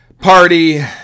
party